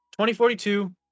2042